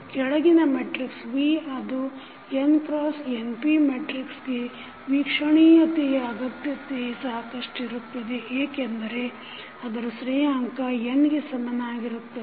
ಕೆಳಗಿನ matrix V ಅದು n cross np ಮೆಟ್ರಿಕ್ಸಗೆ ವೀಕ್ಷಣೀಯತೆಯ ಅಗತ್ಯತೆ ಸಾಕಷ್ಟಿರುತ್ತದೆ ಏಕೆಂದರೆ ಅದರ ಶ್ರೇಯಾಂಕ n ಗೆ ಸಮನಾಗಿರುತ್ತದೆ